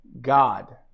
God